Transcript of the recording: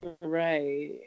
right